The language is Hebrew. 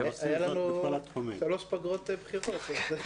מצטרפת להערכה ליובל ולכל הצוות.